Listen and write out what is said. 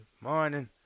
morning